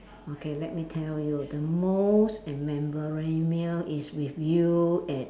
okay let me tell you the most memorable is with you at